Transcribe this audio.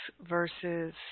versus